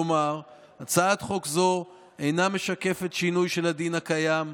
כלומר הצעת חוק זו אינה משקפת שינוי של הדין הקיים,